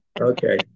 Okay